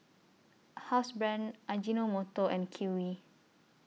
Housebrand Ajinomoto and Kiwi